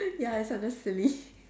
ya it's under silly